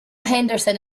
henderson